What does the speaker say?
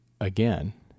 again